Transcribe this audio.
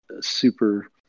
super